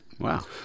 Wow